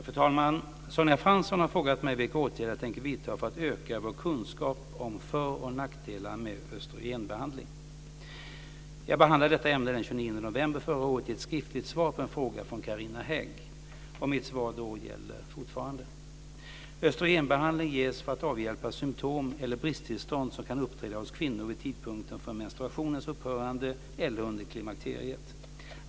Fru talman! Sonja Fransson har frågat mig vilka åtgärder jag tänker vidta för att öka våra kunskaper om för och nackdelar med östrogenbehandling. Jag behandlade detta ämne den 29 november förra året i ett skriftligt svar på en fråga från Carina Hägg, och mitt svar då gäller fortfarande. Östrogenbehandling ges för att avhjälpa symtom eller bristtillstånd som kan uppträda hos kvinnor vid tidpunkten för menstruationens upphörande eller under klimakteriet.